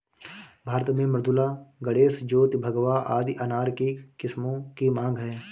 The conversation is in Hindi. भारत में मृदुला, गणेश, ज्योति, भगवा आदि अनार के किस्मों की मांग है